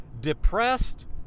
depressed